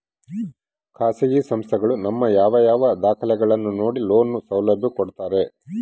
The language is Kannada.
ಖಾಸಗಿ ಸಂಸ್ಥೆಗಳು ನಮ್ಮ ಯಾವ ಯಾವ ದಾಖಲೆಗಳನ್ನು ನೋಡಿ ಲೋನ್ ಸೌಲಭ್ಯ ಕೊಡ್ತಾರೆ?